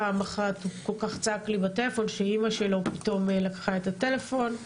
פעם אחת הוא כל כך צעק לי בטלפון שאמא שלו פתאום לקחה את הטלפון.